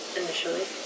initially